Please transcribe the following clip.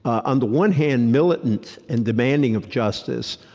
on the one hand, militant and demanding of justice.